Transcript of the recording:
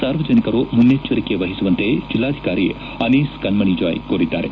ಸಾರ್ವಜನಿಕರು ಮುನೈಚ್ಗರಿಕೆ ವಹಿಸುವಂತೆ ಜಿಲ್ಲಾಧಿಕಾರಿ ಅನೀಸ್ ಕಣ್ಣಣಿ ಜಾಯ್ ಕೋರಿದ್ದಾರೆ